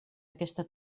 aquesta